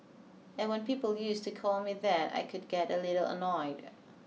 and when people used to call me that I could get a little annoyed